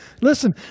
Listen